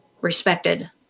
respected